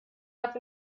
darf